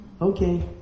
Okay